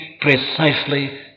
precisely